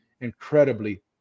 incredibly